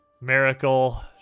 miracle